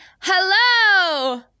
Hello